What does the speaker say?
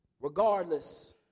Regardless